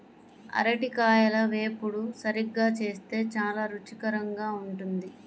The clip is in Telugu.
అరటికాయల వేపుడు సరిగ్గా చేస్తే చాలా రుచికరంగా ఉంటుంది